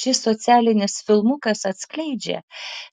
šis socialinis filmukas atskleidžia